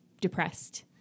depressed